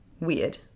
weird